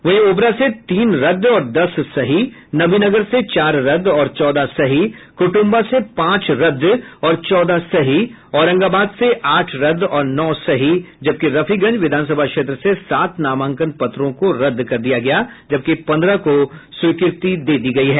वहीं ओबरा से तीन रद्द और दस सही नवीनगर से चार रद्द और चौदह सही कुटुम्बा से पांच रद्द और चौदह सही औरंगाबाद से आठ रद्द और नौ सही जबकि रफीगंज विधानसभा क्षेत्र से सात नामांकन पत्रों को रद्द कर दिया गया जबकि पंद्रह को स्वीकृति दे दी गई है